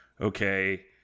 okay